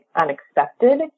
unexpected